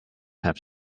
have